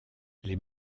les